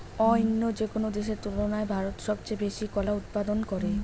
অইন্য যেকোনো দেশের তুলনায় ভারত সবচেয়ে বেশি কলা উৎপাদন করে